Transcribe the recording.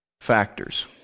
factors